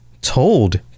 told